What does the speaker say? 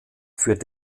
für